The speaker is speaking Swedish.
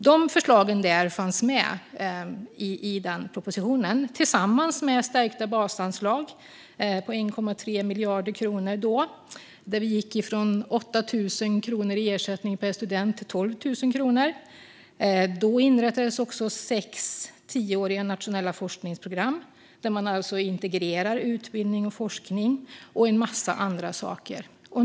Dessa förslag fanns med i propositionen tillsammans med stärkta basanslag på då 1,3 miljarder kronor. Vi gick från 8 000 kronor i ersättning per student till 12 000 kronor. Då inrättades också sex tioåriga nationella forskningsprogram där man integrerar utbildning och forskning, och en massa andra saker.